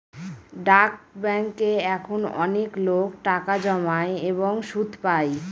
ডাক ব্যাঙ্কে এখন অনেকলোক টাকা জমায় এবং সুদ পাই